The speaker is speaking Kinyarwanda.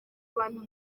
abantu